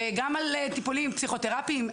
וגם על טיפולים פסיכותרפיים,